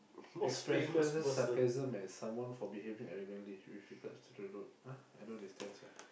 expresses sarcasm at someone for behaving arrogantly with regards to the road !huh! I don't understand sia